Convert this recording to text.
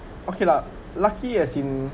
okay lah lucky as in